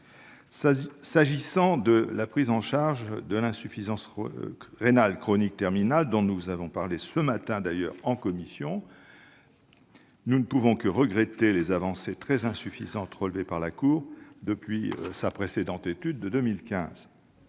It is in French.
S'agissant de la prise en charge de l'insuffisance rénale chronique terminale, dont nous avons parlé ce matin en commission, nous ne pouvons que regretter les avancées très insuffisantes relevées par la Cour depuis sa précédente étude de 2015.